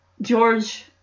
George